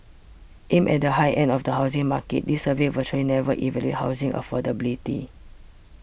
aimed at the high end of the housing market these surveys virtually never evaluate housing affordability